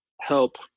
help